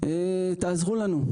תעזרו לנו.